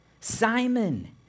Simon